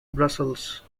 brussels